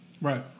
right